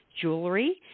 jewelry